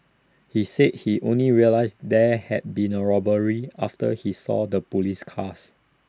he said he only realised there had been A robbery after he saw the Police cars